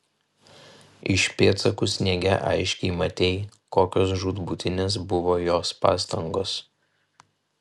iš pėdsakų sniege aiškiai matei kokios žūtbūtinės buvo jos pastangos